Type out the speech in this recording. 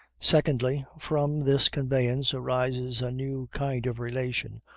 secondly, from this conveyance arises a new kind of relation,